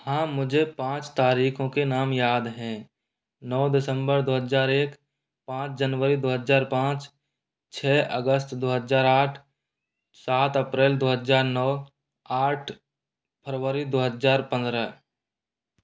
हाँ मुझे पाँच तारीकों के नाम याद हैं नौ दिसम्बर दो हज़ार एक पाँच जनवरी दो हज़ार पाँच छः अगस्त दो हज़ार आठ सात अप्रैल दो हज़ार नौ आठ फरवरी दो हज़ार पंद्रह